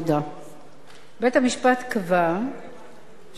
בית-המשפט קבע שהאשה צודקת,